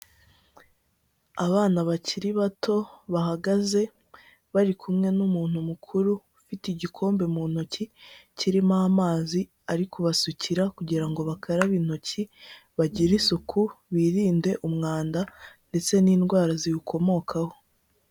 Abana bakiri bato, bahagaze bari kumwe n'umuntu mukuru, ufite igikombe mu ntoki kirimo amazi ari kubasukira, kugira ngo bakarabe intoki bagire isuku, birinde umwanda ndetse n'indwara ziwukomokaho.